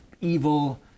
evil